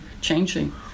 changing